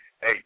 Hey